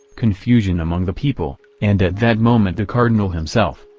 confusion among the people, and at that moment the cardinal himself,